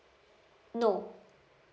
no